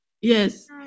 Yes